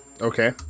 Okay